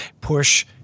push